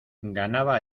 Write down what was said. ganaba